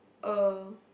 a